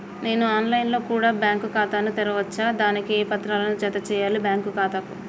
నేను online లో కూడా బ్యాంకు ఖాతా ను తెరవ వచ్చా? దానికి ఏ పత్రాలను జత చేయాలి బ్యాంకు ఖాతాకు?